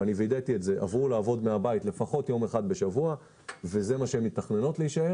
עברו לעבוד מהבית לפחות יום אחד בשבוע וכך הן מתככנות להישאר